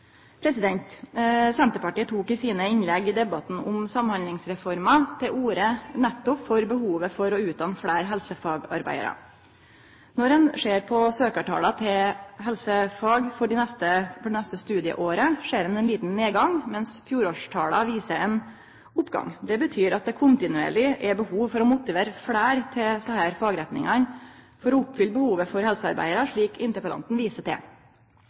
Senterpartiet tok i sine innlegg i debatten om Samhandlingsreforma til orde nettopp for behovet for å utdanne fleire helsefagarbeidarar. Når ein ser på søkjartala til helsefag for det neste studieåret, ser vi ein liten nedgang, mens fjorårstala viste ein oppgang. Det betyr at det kontinuerleg er behov for å motivere fleire til desse fagretningane for å oppfylle behovet for helsearbeidarar, slik interpellanten viser til.